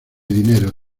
dinero